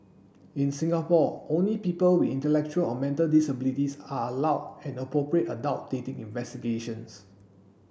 in Singapore only people with intellectual or mental disabilities are allowed an appropriate adult dating investigations